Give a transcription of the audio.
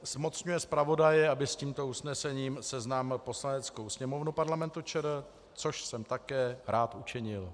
Zmocňuje zpravodaje, aby s tímto usnesením seznámil Poslaneckou sněmovnu Parlamentu ČR, což jsem rád učinil.